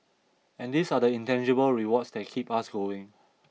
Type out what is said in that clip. and these are the intangible rewards that keep us going